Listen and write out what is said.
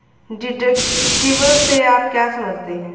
Deductible से आप क्या समझते हैं?